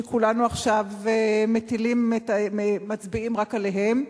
שכולנו עכשיו מצביעים רק עליהם.